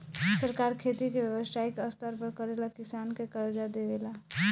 सरकार खेती के व्यवसायिक स्तर पर करेला किसान के कर्जा देवे ले